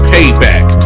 Payback